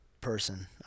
person